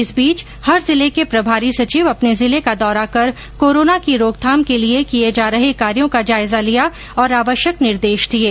इस बीच हर जिले के प्रभारी सचिव अपने जिले का दौरा कर कोरोना की रोकथाम के लिए किये जा रहे कार्यों का जायजा लिया और आवश्यक निर्देश दिये